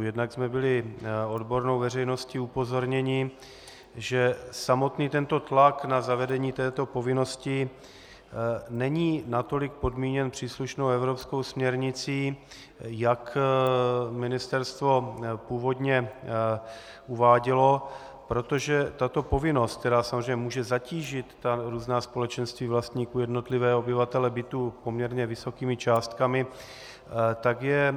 Jednak jsme byli odbornou veřejností upozorněni, že samotný tlak na zavedení této povinnosti není natolik podmíněn příslušnou evropskou směrnicí, jak ministerstvo původně uvádělo, protože tato povinnost, která samozřejmě může zatížit různá společenství vlastníků, jednotlivé obyvatele bytů poměrně vysokými částkami, je